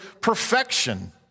perfection